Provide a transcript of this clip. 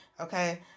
Okay